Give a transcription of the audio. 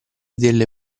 delle